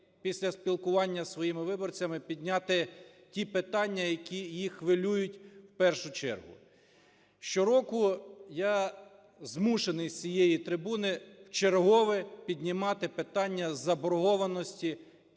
після спілкування із своїми виборцями підняти ті питання, які їх хвилюють в першу чергу. Щороку я змушений з цієї трибуни в чергове піднімати питання заборгованості